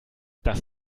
das